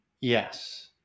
Yes